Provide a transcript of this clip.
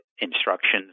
instructions